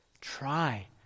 try